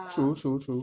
true true true